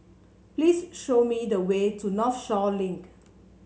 please show me the way to Northshore Link